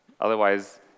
otherwise